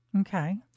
Okay